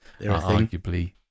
arguably